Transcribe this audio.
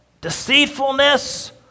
deceitfulness